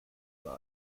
lot